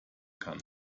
kann